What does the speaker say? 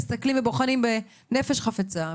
אנחנו מסתכלים ובוחנים בנפש חפצה,